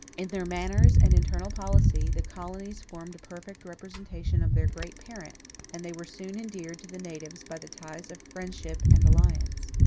in their manners and internal policy, the colonies formed a perfect representation of their great parent and they were soon endeared to the natives by the ties of friendship and alliance,